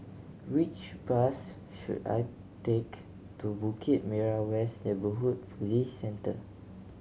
which bus should I take to Bukit Merah West Neighbourhood Police Centre